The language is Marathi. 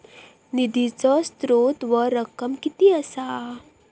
निधीचो स्त्रोत व रक्कम कीती असा?